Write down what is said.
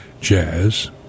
jazz